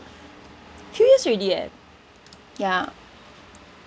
few years already eh ya